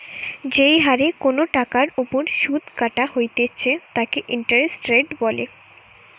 যেই হরে কোনো টাকার ওপর শুধ কাটা হইতেছে তাকে ইন্টারেস্ট রেট বলে